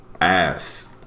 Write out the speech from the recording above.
ass